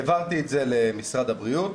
העברתי את זה למשרד הבריאות,